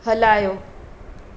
हलायो